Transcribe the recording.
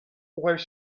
where